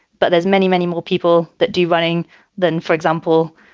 but there's many, many more people that do running than, for example,